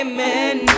Amen